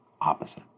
opposite